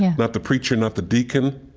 not the preacher, not the deacon,